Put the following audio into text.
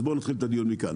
אז בואו נתחיל את הדיון מכאן.